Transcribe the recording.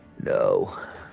No